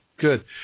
Good